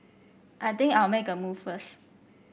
I think I'll make a move first